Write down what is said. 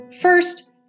First